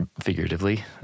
figuratively